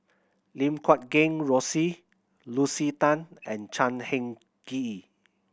Lim Guat Kheng Rosie Lucy Tan and Chan Heng Chee